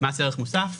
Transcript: מס ערך מוסף.